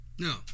No